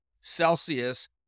Celsius